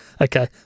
Okay